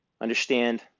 Understand